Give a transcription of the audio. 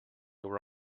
were